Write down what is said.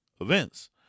events